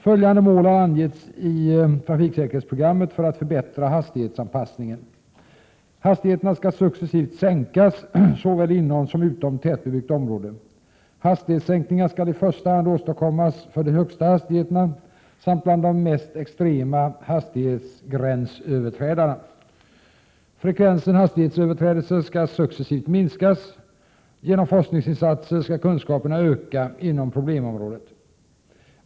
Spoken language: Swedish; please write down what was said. Följande mål har angetts i trafiksäkerhetsprogrammet för att förbättra hastighetsanpassningen: — Hastigheterna skall successivt sänkas såväl inom som utom tätbebyggt område. —- Hastighetssänkningar skall i första hand åstadkommas för de högsta hastigheterna samt bland de mest extrema hastighetsgränsöverträdarna. — Frekvensen hastighetsöverträdelser skall successivt minskas. — Genom forskningsinsatser skall kunskaperna öka inom problemområdet.